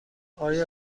آیا